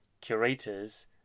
curators